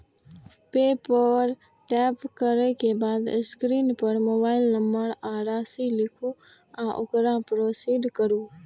पे पर टैप करै के बाद स्क्रीन पर मोबाइल नंबर आ राशि लिखू आ ओकरा प्रोसीड करू